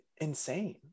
insane